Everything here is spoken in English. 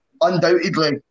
Undoubtedly